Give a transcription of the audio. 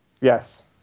Yes